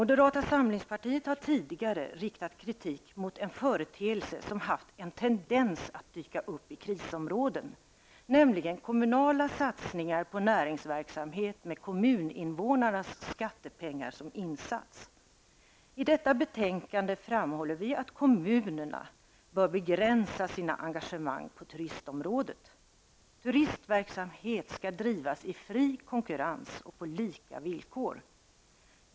Moderata samlingspartiet har tidigare riktat kritik mot en företeelse som haft en tendens att dyka upp i krisområden, nämligen kommunala satsningar på näringsverksamhet med kommuninvånarnas skattepengar som insats. I detta betänkande framhåller vi att kommunerna bör begränsa sina engagemang på turistområdet. Turistverksamhet skall drivas i fri konkurrens och på lika villkor.